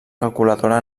calculadora